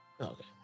Okay